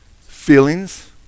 feelings